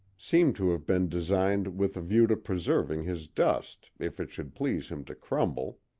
seemed to have been designed with a view to preserving his dust if it should please him to crumble.